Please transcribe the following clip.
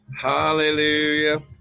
Hallelujah